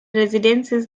residencies